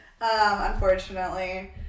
unfortunately